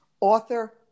author